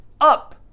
up